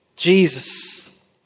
Jesus